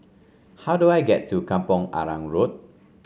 how do I get to Kampong Arang Road